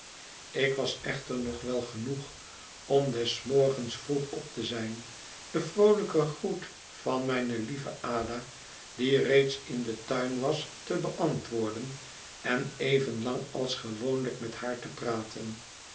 ik was echter nog wel genoeg om des morgens vroeg op te zijn den vroolijken groet van mijnelieve ada die reeds in den tuin was te beantwoorden en evenlang als gewoonlijk met haar te praten